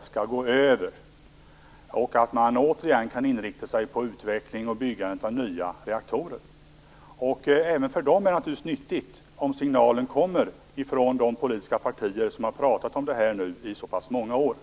skall gå över och att man återigen skall kunna inrikta sig på utveckling och byggande av nya reaktorer. Även för dem är det nyttigt om signalen kommer från de politiska partier som har pratat om detta i så pass många år.